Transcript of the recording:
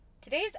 today's